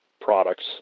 products